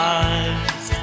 eyes